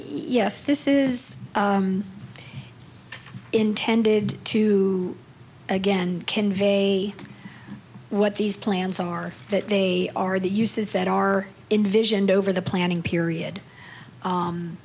yes this is intended to again convey a what these plans are that they are the uses that are in vision over the planning period